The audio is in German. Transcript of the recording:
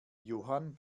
johann